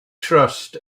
trust